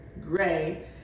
gray